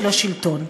של השלטון.